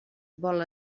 vol